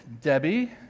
Debbie